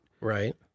right